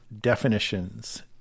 definitions